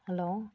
hello